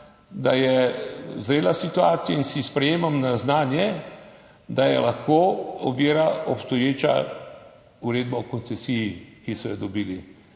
da je zrela situacija in si sprejemam na znanje, da je lahko ovira obstoječa uredba o koncesiji, ki so jo dobili.